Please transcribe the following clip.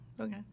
Okay